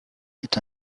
est